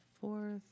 fourth